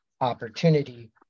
opportunity